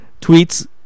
tweets